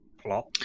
plot